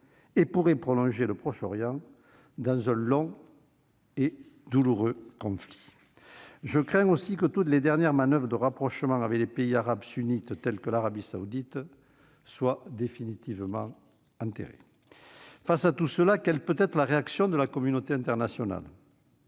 et pourrait plonger le Proche-Orient dans un « long et douloureux » conflit. Je crains aussi que toutes les dernières manoeuvres de rapprochement avec les pays arabes sunnites tels que l'Arabie saoudite soient définitivement enterrées ... Face à tout cela, quelle peut-être la réaction de la communauté internationale ?